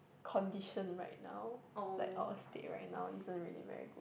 condition right now like all state right now isn't very good